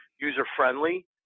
user-friendly